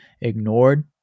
ignored